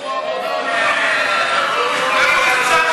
איפה המפלגה שלך?